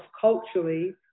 culturally